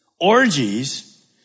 orgies